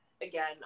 again